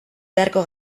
beharko